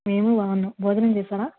మేమూ బాగున్నాం భోజనం చేసావా